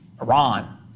Iran